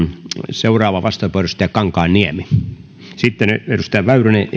seuraava vastauspuheenvuoro edustaja kankaanniemelle sitten edustaja väyrynen